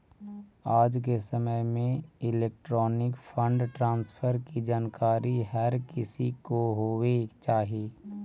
आज के समय में इलेक्ट्रॉनिक फंड ट्रांसफर की जानकारी हर किसी को होवे चाही